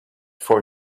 for